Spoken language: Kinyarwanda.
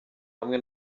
hamwe